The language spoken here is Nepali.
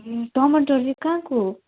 ए टमाटर चाहिँ कहाँको हो